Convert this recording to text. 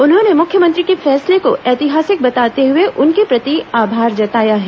उन्होंने मुख्यमंत्री के फैसले को ऐतिहासिक बताते हए उनके प्रति आभार जताया है